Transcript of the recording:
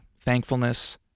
thankfulness